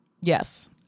yes